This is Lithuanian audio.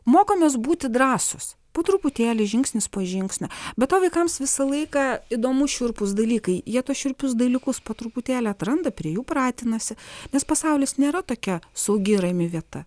mokomės būti drąsūs po truputėlį žingsnis po žingsnio be to vaikams visą laiką įdomu šiurpūs dalykai jie tuos šiurpius dalykus po truputėlį atranda prie jų pratinasi nes pasaulis nėra tokia saugi rami vieta